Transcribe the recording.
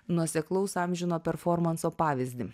nuoseklaus amžino performanso pavyzdį